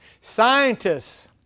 Scientists